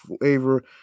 flavor